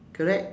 correct